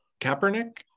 Kaepernick